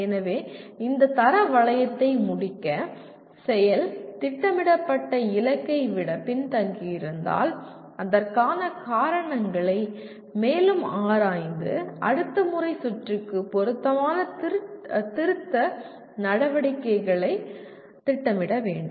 எனவே இந்த தரமான வளையத்தை முடிக்க செயல் திட்டமிடப்பட்ட இலக்கை விட பின்தங்கியிருந்தால் அதற்கான காரணங்களை மேலும் ஆராய்ந்து அடுத்த முறை சுற்றுக்கு பொருத்தமான திருத்த நடவடிக்கைகளைத் திட்டமிட வேண்டும்